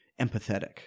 empathetic